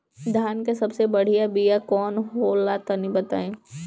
धान के सबसे बढ़िया बिया कौन हो ला तनि बाताई?